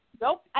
Nope